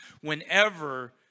whenever